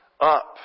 up